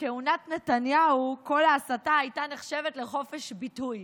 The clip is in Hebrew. בכהונת נתניהו כל הסתה הייתה נחשבת לחופש ביטוי.